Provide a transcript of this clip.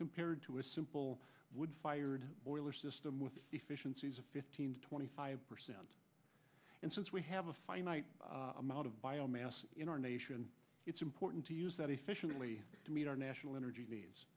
compared to a simple wood fired boiler system with efficiencies of fifteen to twenty five percent and since we have a finite amount of bio mass in our nation it's important to use that efficiently to meet our national energy needs